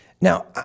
Now